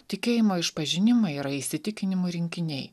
tikėjimo išpažinimai yra įsitikinimų rinkiniai